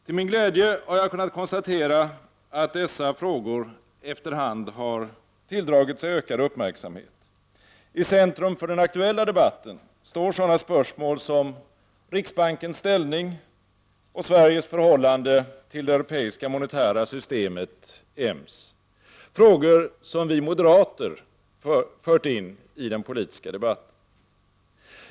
Till min glädje har jag kunnat konstatera att dessa frågor efter hand har tilldragit sig ökad uppmärksamhet. I centrum för den aktuella debatten står sådana spörsmål som riksbankens ställning och Sveriges förhållande till det Europeiska monetära systemet , frågor som vi moderater har fört in i den politiska debatten.